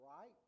right